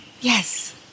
yes